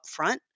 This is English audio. upfront